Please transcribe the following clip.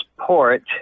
port